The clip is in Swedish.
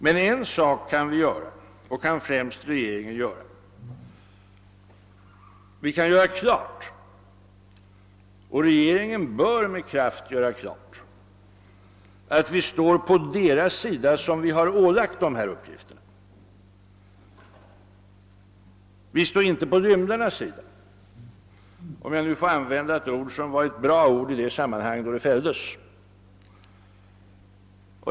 Men en sak kan vi — och främst regeringen — göra, nämligen med kraft göra klart att vi står på deras sida som vi har ålagt de här uppgifterna. Vi står inte på lymlarnas sida — om jag nu får använda ett ord, som var ett bra ord i det sammanhang det fälldes.